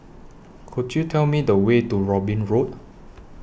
Could YOU Tell Me The Way to Robin Road